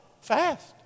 Fast